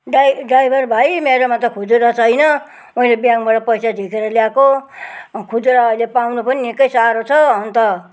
die driver भाइ मेरोमा त खुजुरा छैन मैले ब्याङ्कबाट पैसा झिकेर ल्याएको खुजुरा अहिले पाउनु पनि निक्कै साह्रो छ अनि त